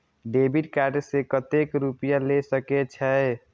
Debit card से कतेक रूपया ले सके छै?